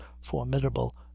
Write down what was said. formidable